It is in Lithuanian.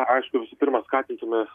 aišku visų pirma skatintume